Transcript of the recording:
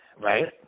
right